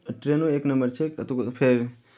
ट्रेनो एक नंबर छै कतबो फेर